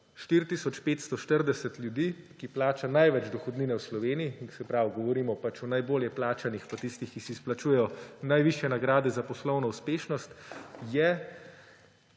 540 ljudi, ki plačajo največ dohodnine v Sloveniji, govorimo o najbolje plačanih pa tistih, ki si izplačujejo najvišje nagrade za poslovno uspešnost, v